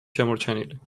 შემორჩენილი